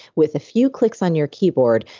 with a few clicks on your keyboard,